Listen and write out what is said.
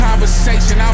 Conversation